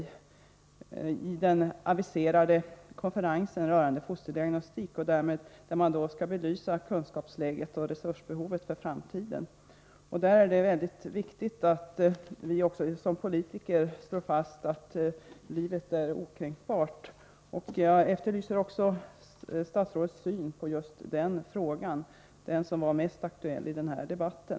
I samband med den aviserade konferensen rörande fosterdiagnostik — man skall då belysa kunskapsläget och resursbehovet för framtiden — är det mycket viktigt att vi politiker slår fast att livet är okränkbart. Jag efterlyser således också statsrådets synpunkter i det avseendet. Det är ju den mest aktuella frågan i den här debatten.